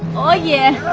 oh yeah